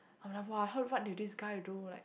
I'm like !wah! heard what did this guy do like